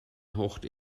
haucht